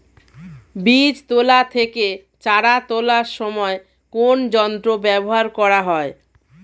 বীজ তোলা থেকে চারা তোলার সময় কোন যন্ত্র ব্যবহার করা হয়?